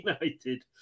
United